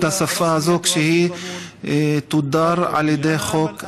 השפה הזאת כשהיא תודר על ידי חוק הלאום.